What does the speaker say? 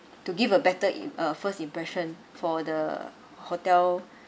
to give a better im~ uh first impression for the hotel